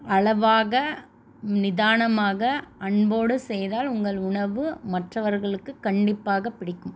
அளவாக நிதானமாக அன்போடு செய்தால் உங்கள் உணவு மற்றவர்களுக்குக் கண்டிப்பாக பிடிக்கும்